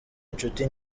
inshuti